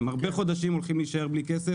הם חודשים רבים הולכים להישאר בלי כסף.